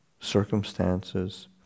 circumstances